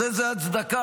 אז איזו הצדקה?